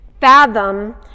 fathom